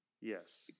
yes